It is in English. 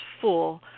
full